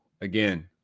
Again